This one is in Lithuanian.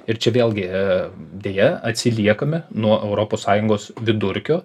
ir čia vėlgi deja atsiliekame nuo europos sąjungos vidurkio